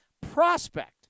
Prospect